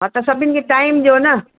हा त सभिनि खे टाइम ॾियो न